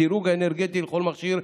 הדירוג האנרגטי לכל מכשיר,